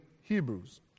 Hebrews